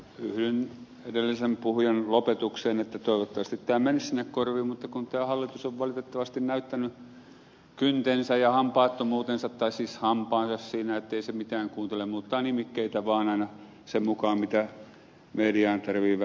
yhdyn edellisen puhujan lopetukseen että toivottavasti tämä menisi sinne korviin mutta kun tämä hallitus on valitettavasti näyttänyt kyntensä ja hampaansa siinä ettei se mitään kuuntele muuttaa nimikkeitä vain aina sen mukaan mitä mediaan tarvitsee vähän hööpöttää